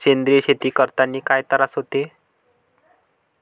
सेंद्रिय शेती करतांनी काय तरास होते?